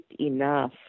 enough